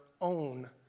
own